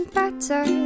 better